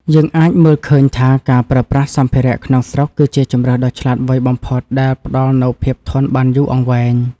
យើងអាចមើលឃើញថាការប្រើប្រាស់សម្ភារៈក្នុងស្រុកគឺជាជម្រើសដ៏ឆ្លាតវៃបំផុតដែលផ្តល់នូវភាពធន់បានយូរអង្វែង។